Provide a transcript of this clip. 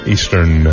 Eastern